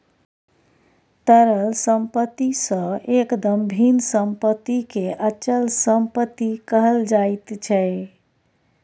तरल सम्पत्ति सँ एकदम भिन्न सम्पत्तिकेँ अचल सम्पत्ति कहल जाइत छै